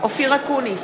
אופיר אקוניס,